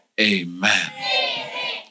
Amen